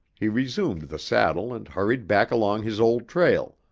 he resumed the saddle and hurried back along his old trail,